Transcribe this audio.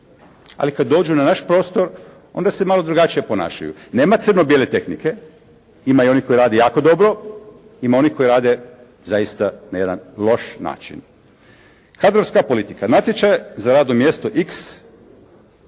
Ali kad dođu na naš prostor onda se malo drugačije ponašaju. Nema crno-bijele tehnike. Ima i onih koji rade jako dobro. Ima onih koji rade zaista na jedan loš način. Kadrovska politika. Natječaj za radno mjesto «x»